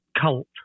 cult